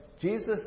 Jesus